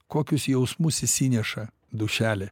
kokius jausmus išsineša dūšelė